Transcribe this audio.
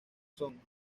son